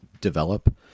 develop